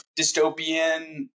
dystopian